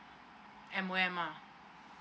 M_O_M ah